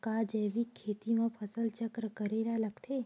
का जैविक खेती म फसल चक्र करे ल लगथे?